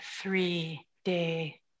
three-day